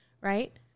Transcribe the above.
right